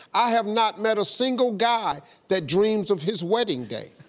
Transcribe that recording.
i have not met a single guy that dreams of his wedding day,